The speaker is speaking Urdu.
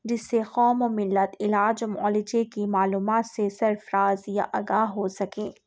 جس سے قوم و ملت علاج و معالجے کی معلومات سے سرفراز یا آگاہ ہو سکیں